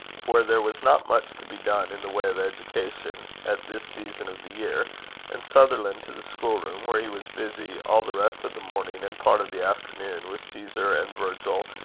where there was not much to be done in the way of education at this season of the year and sutherland to the school-room, where he was busy, all the rest of the morning and part of the afternoon, with caesar and virgil,